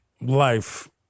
life